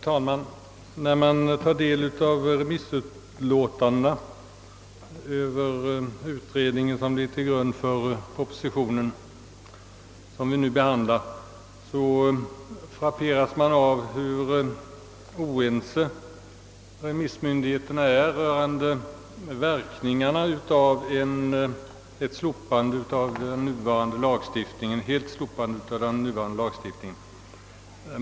Herr talman! När jag tar del av remissutlåtandena över den utredning som ligger till grund för den proposition vi nu behandlar frapperas jag av hur oense remissmyndigheterna är rörande verkningarna av ett totalt slopande av den nuvarande lagstiftningen.